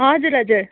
हजुर हजुर